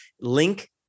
link